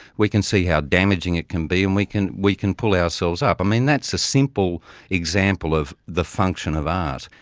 we can see how damaging it can be and we can we can pull ourselves up. i mean, that's a simple example of the function of art,